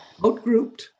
outgrouped